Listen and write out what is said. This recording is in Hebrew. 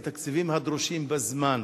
את התקציבים הדרושים בזמן